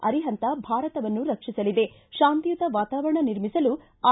ಅರಿಹಂತ ಭಾರತವನ್ನು ರಕ್ಷಿಸಲಿದೆ ಶಾಂತಿಯುತ ವಾತಾವರಣ ನಿರ್ಮಿಸಲು ಐ